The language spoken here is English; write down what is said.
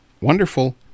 wonderful